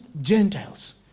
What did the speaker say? Gentiles